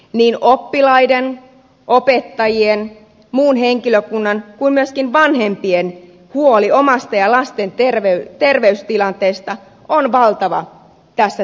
niin oppilaiden opettajien muun henkilökunnan kuin myöskin vanhempien huoli omasta ja lasten terveystilanteesta on valtava tässä tilanteessa